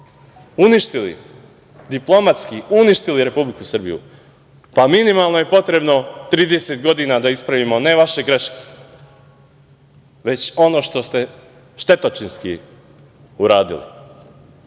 ekonomski, diplomatski uništili Republiku Srbiju, pa minimalno je potrebno 30 godina da ispravimo, ne vaše greške, već ono što ste štetočinski uradili. Vaša